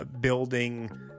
building